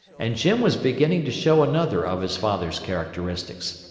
and jim was beginning to show another of his father's characteristics.